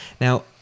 Now